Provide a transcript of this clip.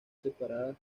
separadas